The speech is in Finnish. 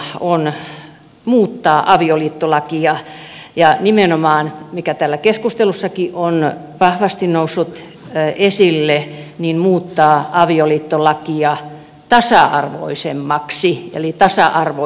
tämän kansalaisaloitteen esityksen tarkoituksena on muuttaa avioliittolakia ja nimenomaan mikä täällä keskustelussakin on vahvasti noussut esille muuttaa avioliittolakia tasa arvoiseksi